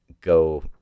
go